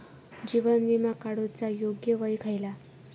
जीवन विमा काडूचा योग्य वय खयला?